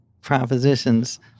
propositions